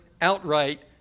outright